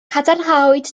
cadarnhawyd